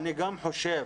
אני חושב